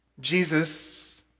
Jesus